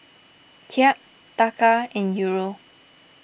Kyat Taka and Euro